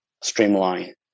streamline